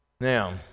Now